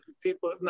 people